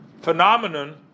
phenomenon